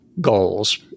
goals